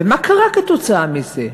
ומה קרה כתוצאה מזה?